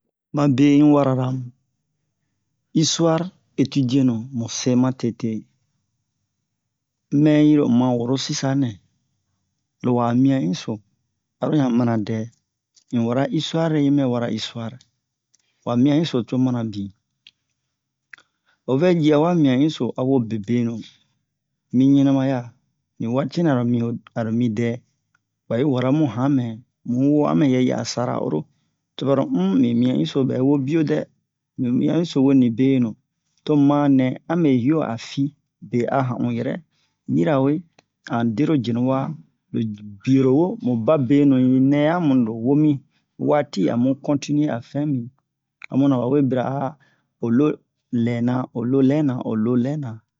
mabe un warala mu istuware etidiyenu mu se matete mɛ yiro un ma woro sisanɛ lo wa mian-inso aro ɲan nina dɛ un istuware le un ɓɛ wara istuware ma mian-inso co mana bin o vɛ ji awa mian-inso a wo bebenu mi ɲɛnɛmaya mi waati nɛ aro mi ho aro mi dɛ ɓa yi wara mu han me mu ho a mɛ yi a sara'oro to ɓaro um mi mian-inso ɓɛ woo biyo mi mian-inso wo nibenu tomu ma nɛ a me hiyo a fi be a han un yɛrɛ yirawe an dero jenu waa lo biyo-ro wo mu babenuyamu nɛ-ro wo mi waati amu kontiniye a fɛn bin ho muna ɓa we bira o lo lɛna o lo lɛna o lo lɛna